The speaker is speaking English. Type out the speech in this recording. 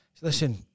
Listen